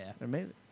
Amazing